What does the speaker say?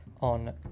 on